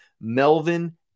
Melvin